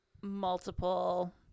multiple